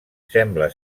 sembla